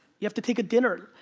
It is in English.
you have to take a dinner.